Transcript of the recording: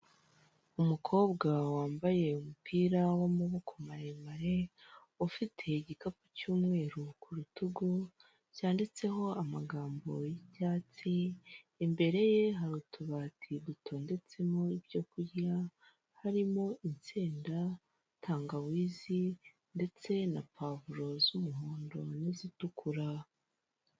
Umukobwa wambaye umupira w'amaboko maremare, ufite igikapu cy'umweru ku rutugu, cyanditseho amagambo y'icyatsi, imbere ye hari utubati dutondetsemo ibyo kurya, harimo insenda, ntangawizi, ndetse na puwavuro z'umuhondo n'izitukura.